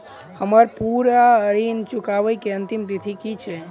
हम्मर पूरा ऋण चुकाबै केँ अंतिम तिथि की छै?